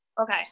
Okay